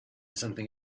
something